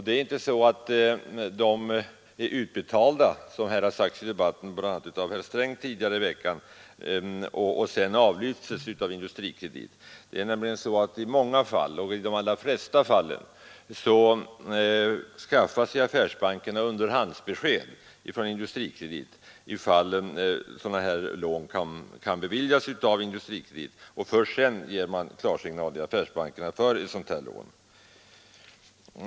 Dessa pengar är inte utbetalda, som sagts i debatten bl.a. av herr Sträng tidigare, för att lyftas av Industrikredit. I de allra flesta fallen skaffar sig nämligen affärsbankerna underhandsbesked från Industrikredit huruvida sådana 125 här lån kan avlyftas, och först därefter beviljas lånet av vederbörande affärsbank.